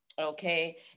Okay